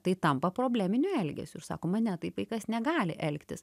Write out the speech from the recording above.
tai tampa probleminiu elgesiu ir sakoma ne taip vaikas negali elgtis